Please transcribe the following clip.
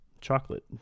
chocolate